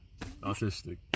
Autistic